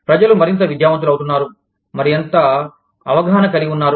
ప్రజలు మరింత విద్యావంతులు అవుతున్నారు మరింత అవగాహన కలిగి ఉన్నారు